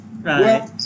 right